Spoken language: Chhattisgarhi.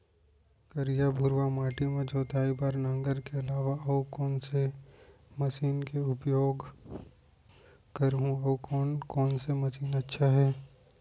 करिया, भुरवा माटी म जोताई बार नांगर के अलावा अऊ कोन से मशीन के उपयोग करहुं अऊ कोन कोन से मशीन अच्छा है?